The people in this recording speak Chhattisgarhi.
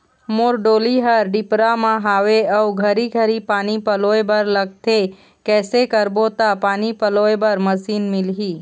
मोर डोली हर डिपरा म हावे अऊ घरी घरी पानी पलोए बर लगथे कैसे करबो त पानी पलोए बर मशीन मिलही?